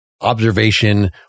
observation